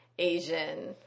Asian